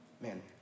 Man